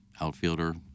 outfielder